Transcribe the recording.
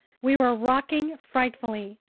we were rocking frightfully.